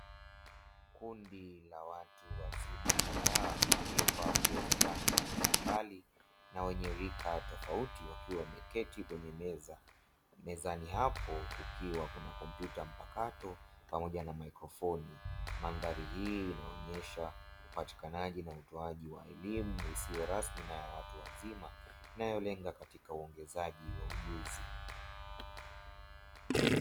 Kundi la watu wazima kadhaa waliovaa nguo za rangi mbalimbali na wenye rika tofauti wakiwa wameketi kwenye meza, mezani hapo kukiwa kuna kompyuta mpakato pamoja na maikrofoni. Mandhari hii inaonyesha upatikanaji na utoaji wa elimu isiyo rasmi na ya watu wazima, inayolenga katika uongezaji wa ujuzi.